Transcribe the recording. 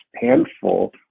handful